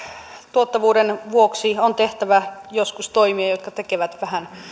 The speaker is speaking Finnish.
tuottavuuden vuoksi on tehtävä joskus toimia jotka tekevät vähän